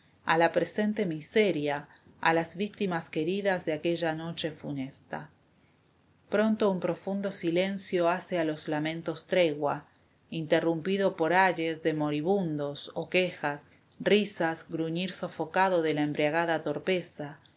a la presente miseria a las víctimas queridas de aquella noche funesta pronto un profundo silencio hace a los lamentos tregua interrumpido por ayes de moribundos o quejas risas gruñir sofocado de la embriagada torpeza